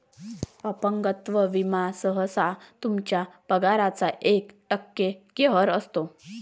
अपंगत्व विमा सहसा तुमच्या पगाराच्या एक टक्के कव्हर करतो